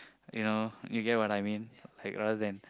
you know you get what I mean rather than